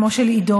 אימו של עידו,